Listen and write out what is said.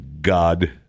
God